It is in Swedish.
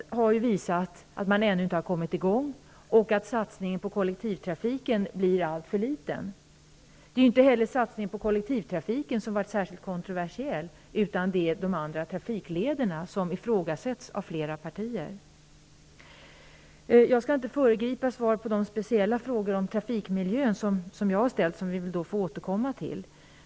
Det har ju visat sig att man ännu inte har kommit i gång och att satsningen på kollektivtrafiken blir alltför liten. Det är inte heller satsningen på kollektivtrafiken som har varit särskilt kontroversiell, utan det är de andra trafiklederna som ifrågasätts av flera partier. Jag skall inte föregripa svar på de speciella frågor om trafikmiljön som jag har ställt och som vi alltså får återkomma till.